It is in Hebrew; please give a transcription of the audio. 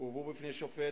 והובאו בפני שופט,